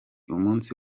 umunsi